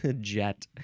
jet